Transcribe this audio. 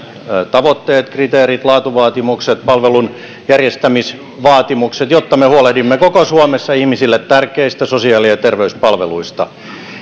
tavoitteet kriteerit laatuvaatimukset palvelun järjestämisvaatimukset jotta me huolehdimme koko suomessa ihmisille tärkeistä sosiaali ja terveyspalveluista